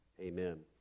Amen